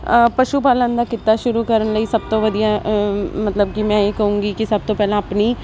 ਪਸ਼ੂ ਪਾਲਣ ਦਾ ਕਿੱਤਾ ਸ਼ੁਰੂ ਕਰਨ ਲਈ ਸਭ ਤੋਂ ਵਧੀਆ ਮਤਲਬ ਕਿ ਮੈਂ ਇਹ ਕਹਾਂਗੀ ਕਿ ਸਭ ਤੋਂ ਪਹਿਲਾਂ ਆਪਣੀ